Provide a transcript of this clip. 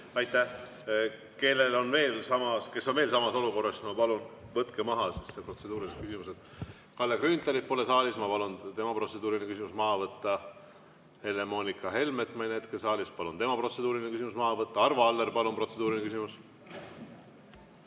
Aitäh! Kes on veel samas olukorras, ma palun, võtke maha need protseduurilised küsimused. Kalle Grünthali pole saalis, ma palun tema protseduuriline küsimus maha võtta. Helle-Moonika Helmet ma ei näe hetkel saalis, palun tema protseduuriline küsimus maha võtta. Arvo Aller, palun, protseduuriline küsimus!